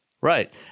right